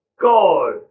God